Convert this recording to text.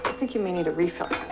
think you may need a refill